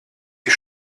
sie